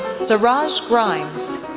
seraj grimes,